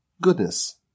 goodness